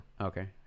okay